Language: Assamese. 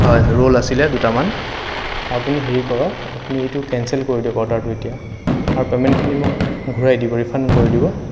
হয় ৰোল আছিলে দুটামান আৰু আপুনি হেৰি কৰক আপুনি এইটো কেঞ্চেল কৰি দিয়ক অৰ্ডাৰটো এতিয়া আৰু পে'মেণ্টখিনি মোক ঘূৰাই দিব ৰিফাণ্ড কৰি দিব